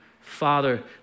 father